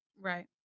Right